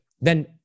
Then-